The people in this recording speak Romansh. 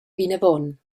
vinavon